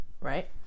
right